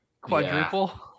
quadruple